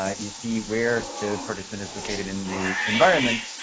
ah you see where the person is located in the environment.